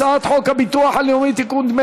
הצעת חוק הביטוח הלאומי (תיקון,